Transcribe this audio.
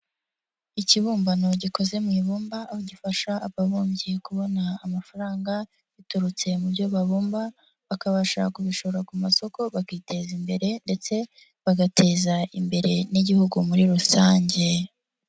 Ikibumbano gikoze mu ibumba, aho gifasha ababumbyi kubona amafaranga, biturutse mu byo babumba, bakabasha kubishora ku masoko, bakiteza imbere ndetse bagateza imbere n'igihugu muri rusange.